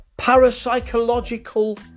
parapsychological